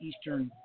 eastern